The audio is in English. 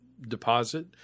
deposit